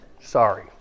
Sorry